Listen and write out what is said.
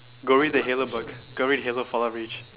go read the halo book go read halo fall out reach